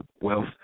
wealth